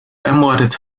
ermordet